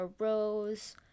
arose